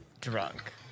drunk